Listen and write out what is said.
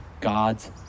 God's